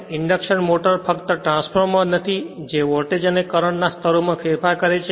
induction motor ફક્ત transformer નથી જે વોલ્ટેજ અને કરંટ ના સ્તરોમાં ફેરફાર કરે છે